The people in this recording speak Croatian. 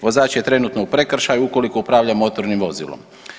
Vozač je trenutno u prekršaju ukoliko upravlja motornim vozilom.